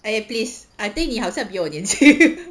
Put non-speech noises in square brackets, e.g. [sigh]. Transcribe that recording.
!aiya! please I think 你好像比我年轻 [laughs]